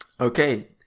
okay